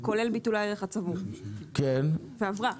כולל ביטול הערך הצבור והיא עברה.